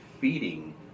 feeding